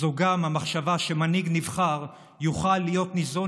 זו גם המחשבה שמנהיג נבחר יוכל להיות ניזון